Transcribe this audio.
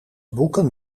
boeken